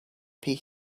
pay